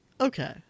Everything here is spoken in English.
Okay